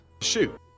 Shoot